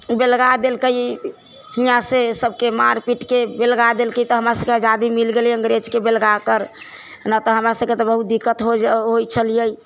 बेलगा देलकै यहाँसँ सबके मारि पीटके बेलगा देलकै तऽ हमरा सबके आजादी मिल गेलै अंग्रेजके बेलगा कर नहि तऽ हमरा सबके तऽ बहुत दिक्कत हो जाइ हो छलियै